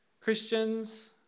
Christians